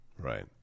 Right